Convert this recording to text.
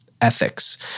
Ethics